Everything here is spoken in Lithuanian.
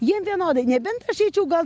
jiem vienodai nebent aš eičiau gal